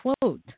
quote